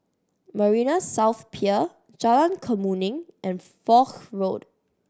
Marina South Pier Jalan Kemuning and Foch Road